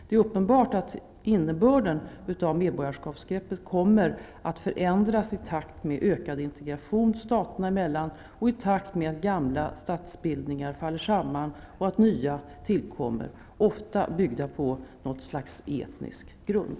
Det är uppenbart att innebörden av medborgarskapsbegreppet kommer att förändras i takt med ökad integration staterna emellan och i takt med att gamla statsbildningar faller samman och att nya tillkommer, ofta byggda på något slags etnisk grund.